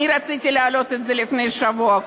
רציתי להעלות את זה לפני שבוע.